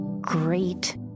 great